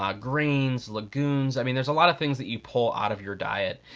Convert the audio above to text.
um grains, legumes, i mean, there's a lot of things that you pull out of your diet.